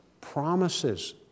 promises